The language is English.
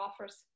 offers